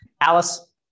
Alice